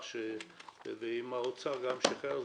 ואם האוצר גם שחרר,